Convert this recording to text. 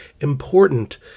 important